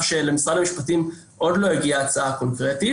שלמשרד המשפטים עוד לא הגיעה הצעה קונקרטית.